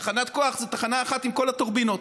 תחנת כוח זו תחנה אחת, עם כל הטורבינות.